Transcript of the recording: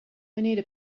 anita